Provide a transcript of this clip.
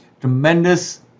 tremendous